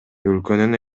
өлкөнүн